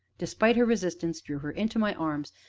despite her resistance, drew her into my arms,